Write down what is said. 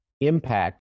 impact